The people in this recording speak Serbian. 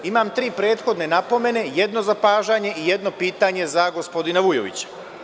Imam tri prethodne napomene, jedno zapažanje i jedno pitanje za gospodina Vujovića.